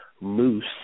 Moose